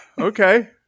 Okay